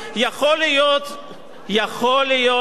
יכול להיות שהיו כמה שהוכיחו את זה,